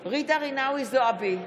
בעד ג'ידא רינאוי זועבי,